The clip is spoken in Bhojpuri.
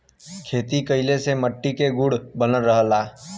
खेती कइले से मट्टी के गुण बनल रहला